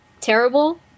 terrible